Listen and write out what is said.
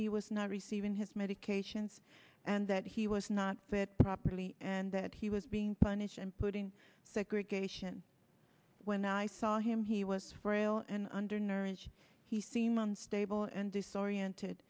he was not receiving his medications and that he was not that properly and that he was being punished and putting segregation when i saw him he was frail and undernourished he seem unstable and disoriented